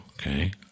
okay